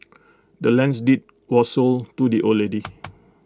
the land's deed was sold to the old lady